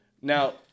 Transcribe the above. Now